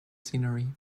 scenery